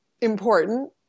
Important